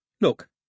Look